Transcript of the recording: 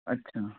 अच्छा